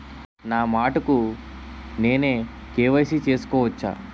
నా మటుకు నేనే కే.వై.సీ చేసుకోవచ్చా?